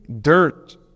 dirt